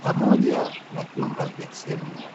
pamoja na vyumba vya semina.